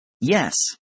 Yes